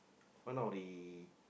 one of the